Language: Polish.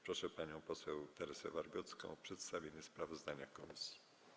Proszę panią poseł Teresę Wargocką o przedstawienie sprawozdania komisji.